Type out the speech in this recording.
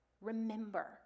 remember